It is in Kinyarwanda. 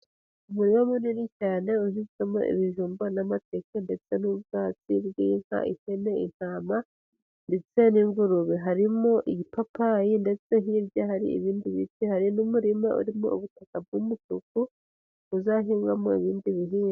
Umurima munini cyane uhinzemo ibijumba n'amateke, ndetse n'ubwatsi bw'inka, ihene, intama, ndetse n'ingurube. Harimo igipapayi, ndetse hirya hari ibindi biti, hari n'umurima urimo ubutaka bw'umutuku, buzahingwamo ibindi bihingwa.